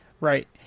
Right